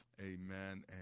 amen